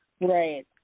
right